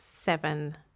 seven